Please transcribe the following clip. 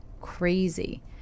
crazy